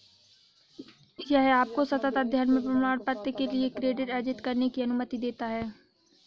यह आपको सतत अध्ययन में प्रमाणपत्र के लिए क्रेडिट अर्जित करने की अनुमति देता है